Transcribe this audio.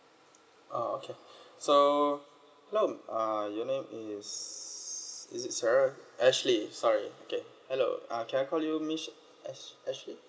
oh okay so no your name is is it sarah ashley sorry okay hello ah can I call you miss ash~ ashley